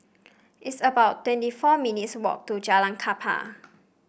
it's about twenty four minutes' walk to Jalan Kapal